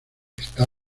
está